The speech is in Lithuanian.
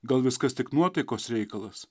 gal viskas tik nuotaikos reikalas